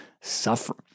suffer